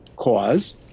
Cause